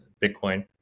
Bitcoin